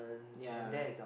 yea